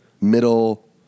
middle